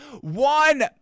one